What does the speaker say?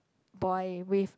boy with